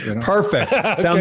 Perfect